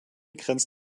grenzt